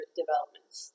developments